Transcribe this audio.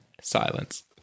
Silence